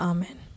Amen